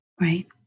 Right